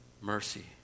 mercy